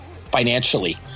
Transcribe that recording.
financially